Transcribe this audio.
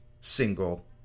single